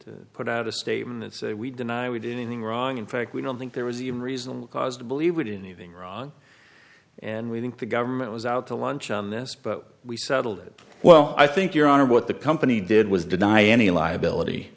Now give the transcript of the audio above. to put out a statement and say we deny we did anything wrong in fact we don't think there was even reasonable cause to believe that anything wrong and we think the government was out to lunch on this but we settled it well i think your honor what the company did was deny any liability